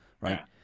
right